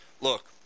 look